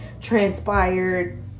transpired